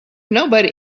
nobody